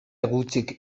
gutxik